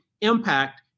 impact